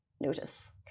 Notice